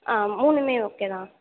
ஆ மூணுமே ஓகே தான்